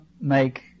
make